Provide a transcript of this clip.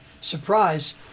surprise